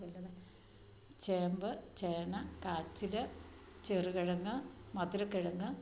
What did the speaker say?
ചേമ്പ് ചേന കാച്ചില് ചെറുകിഴങ്ങ് മധുരക്കിഴങ്ങ്